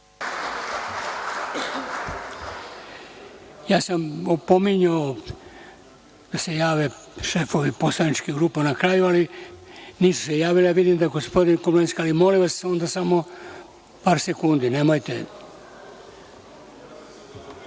Ja sam opominjao da se jave šefovi poslaničkih grupa na kraju, ali nisu se javili. Ja vidim da je gospodin Komlenski prijavljen, ali molim vas onda samo par sekundi. Izvolite.